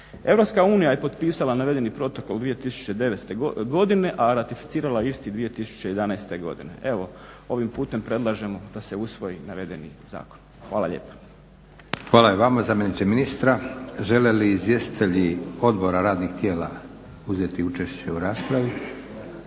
Europska unija je potpisala navedeni protokol 2009. godine, a ratificirala je isti 2011. godine. Evo ovim putem predlažemo da se usvoji navedeni zakon. Hvala lijepo. **Leko, Josip (SDP)** Hvala i vama zamjeniče ministra. Žele li izvjestitelji odbora radnih tijela uzeti učešće u raspravi?